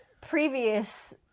...previous